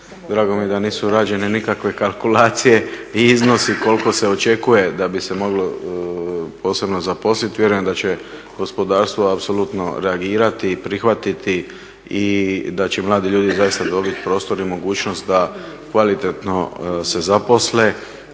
drago mi je da nisu rađene nikakve kalkulacije ni iznosi koliko se očekuje da bi se moglo posebno zaposliti. Vjerujem da će gospodarstvo apsolutno reagirati i prihvatiti i da će mladi ljudi zaista dobiti prostor i mogućnost da kvalitetno se zaposle